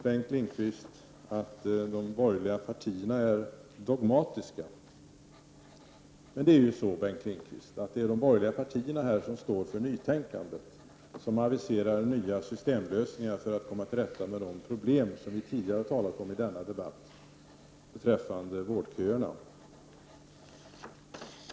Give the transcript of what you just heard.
Bengt Lindqvist sade att de borgerliga partierna är dogmatiska, men det är ju så att de borgerliga partierna står för nytänkandet. De aviserar nya systemlösningar för att man skall komma till rätta med problemen med vårdköerna, som vi tidigare har talat om i den här debatten.